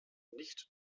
nicht